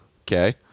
Okay